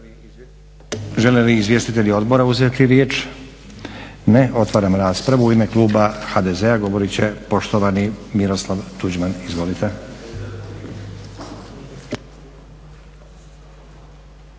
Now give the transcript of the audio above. Žele li izvjestitelji odbora uzeti riječ? Ne. Otvaram raspravu. U ime kluba HDZ-a govorit će poštovani Miroslav Tuđman. Izvolite.